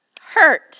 Hurt